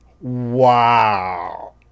Wow